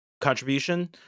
contribution